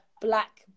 black